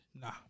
Nah